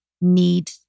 need